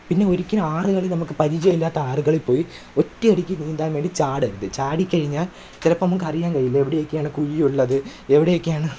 പിന്നെ ഒരിക്കലും ആറുകളിൽ നമ്മൾക്ക് പരിചയമില്ലാത്ത ആറുകളില് പോയി ഒറ്റയടിക്ക് നീന്താൻ വേണ്ടി ചാടരുത് ചാടി കഴിഞ്ഞാൽ ചിലപ്പം നമ്മൾക്ക് അറിയാന് കഴിയില്ല എവിടെയൊക്കെയാണ് കുഴിയുള്ളത് എവിടെയൊക്കെയാണ്